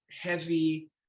heavy